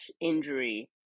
injury